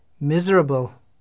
miserable